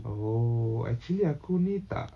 oh actually aku ni tak